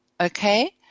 Okay